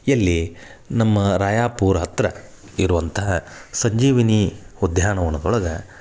ಎಲ್ಲಿ ನಮ್ಮ ರಾಯಾಪುರ್ ಹತ್ತಿರ ಇರುವಂತಹ ಸಂಜೀವಿನಿ ಉದ್ಯಾನವನದೊಳಗೆ